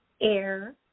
air